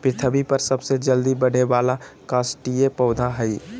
पृथ्वी पर सबसे जल्दी बढ़े वाला काष्ठिय पौधा हइ